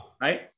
Right